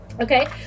okay